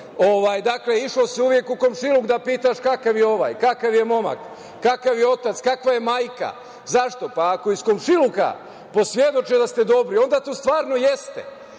dakle išlo se uvek u komšiluk da pitaš kakav je ovaj, kakav je momak, kakav je otac, kakva je majka. Zašto? Pa, ako iz komšiluka posvedoče da ste dobri, onda to stvarno jeste,